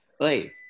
hey